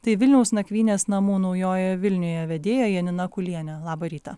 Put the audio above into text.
tai vilniaus nakvynės namų naujojoje vilnioje vedėja janina kulienė labą rytą